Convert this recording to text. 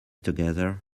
together